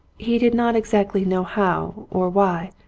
he did not exactly know how or why,